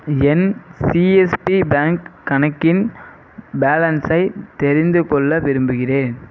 என் CSB bank கணக்கின் பேலன்ஸை தெரிந்து கொள்ள விரும்புகிறேன்